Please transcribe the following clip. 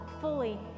fully